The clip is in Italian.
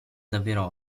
davvero